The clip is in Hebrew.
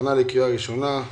הכנה לקריאה ראשונה.